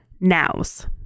nows